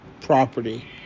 property